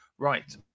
Right